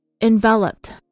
enveloped